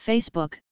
Facebook